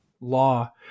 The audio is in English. law